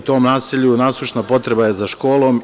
U tom naselju nasušna potreba je za školom.